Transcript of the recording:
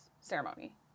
Ceremony